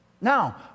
Now